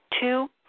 two